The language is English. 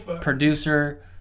producer